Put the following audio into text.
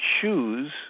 choose